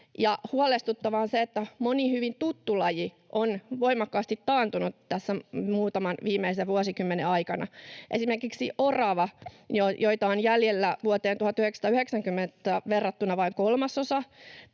huolestuttavaa on se, että moni hyvin tuttu laji on voimakkaasti taantunut tässä muutaman viimeisen vuosikymmenen aikana: esimerkiksi orava, joita on jäljellä vuoteen 1990 verrattuna vain kolmasosa;